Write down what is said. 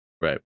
Right